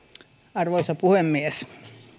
arvoisa puhemies